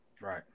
Right